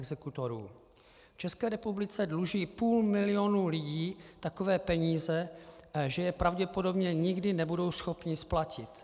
V České republice dluží půl milionu lidí takové peníze, že je pravděpodobně nikdy nebudou schopni splatit.